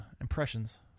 impressions